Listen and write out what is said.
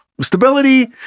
Stability